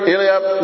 Eliab